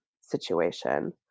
situation